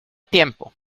tiempo